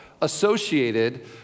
associated